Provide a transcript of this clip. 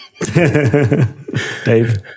Dave